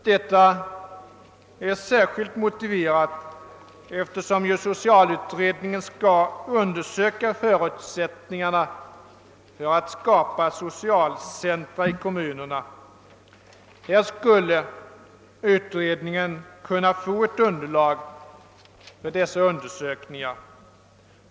Detta är särskilt motiverat med hänsyn till att socialutredningen skall undersöka förutsättningarna för skapande av socialcentra i kommunerna. Utredningen skulle genom denna utvidgning kunna få ett underlag för dessa undersökningar.